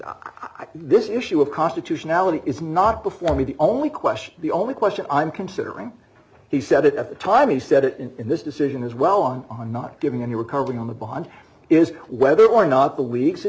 think this issue of constitutionality is not before me the only question the only question i'm considering he said it at the time he said it and in this decision as well on not giving any recovery on the bond is whether or not the weeks